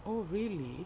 oh really